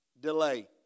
delay